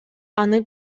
аны